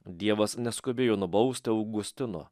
dievas neskubėjo nubausti augustino